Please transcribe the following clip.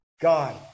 God